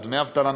לא דמי אבטלה,